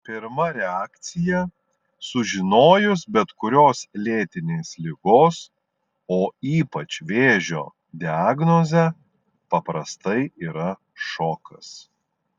pirma reakcija sužinojus bet kurios lėtinės ligos o ypač vėžio diagnozę paprastai yra šokas